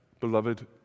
Beloved